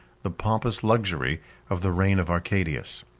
the pompous luxury of the reign of arcadius.